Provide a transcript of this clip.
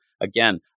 again